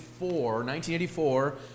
1984